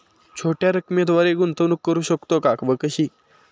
छोट्या रकमेद्वारे गुंतवणूक करू शकतो का व कशी?